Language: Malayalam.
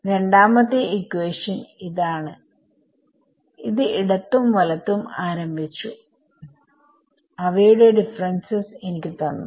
രണ്ടാമത്തെ ഇക്വേഷൻ ഇത് ഇടത്തും വലത്തും ആരംഭിച്ചു അവയുടെ ഡിഫറെൻസസ് എനിക്ക് ഇത് തന്നു